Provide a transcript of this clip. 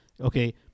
okay